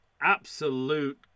absolute